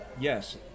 yes